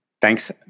Thanks